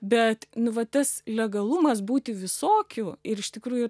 bet nu va tas legalumas būti visokiu ir iš tikrųjų